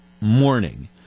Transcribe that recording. morning